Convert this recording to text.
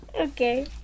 Okay